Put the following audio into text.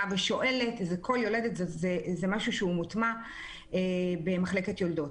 ושואלת אלא זה משהו שהוא מוטמע במחלקת יולדות.